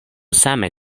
same